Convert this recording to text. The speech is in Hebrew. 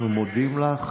אנחנו מודים לך.